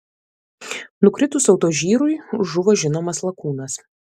nukritus autožyrui žuvo žinomas lakūnas